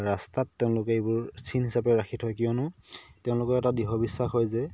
ৰাস্তাত তেওঁলোকে এইবোৰ চিন হিচাপে ৰাখি থয় কিয়নো তেওঁলোকৰ এটা দৃঢ় বিশ্বাস হয় যে